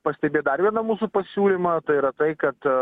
pastebėt dar vieną mūsų pasiūlymą tai yra tai kad